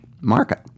market